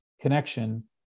connection